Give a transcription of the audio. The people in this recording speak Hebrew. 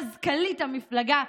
מזכ"לית המפלגה,